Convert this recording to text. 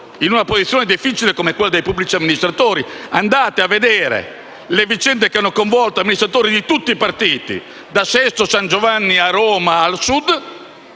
in una posizione difficile come quella dei pubblici amministratori. Andate a vedere le vicende che hanno coinvolto amministratori di tutti i partiti, da Sesto San Giovani a Roma, al Sud,